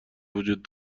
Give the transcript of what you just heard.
وجود